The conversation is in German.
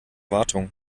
wartung